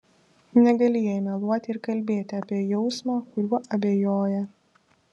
negali jai meluoti ir kalbėti apie jausmą kuriuo abejoja